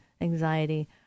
anxiety